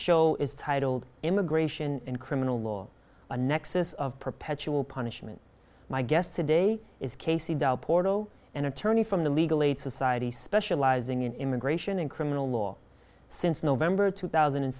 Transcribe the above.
show is titled immigration and criminal law a nexus of perpetual punishment my guest today is casey del porto an attorney from the legal aid society specializing in immigration and criminal law since november two thousand and